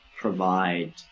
provide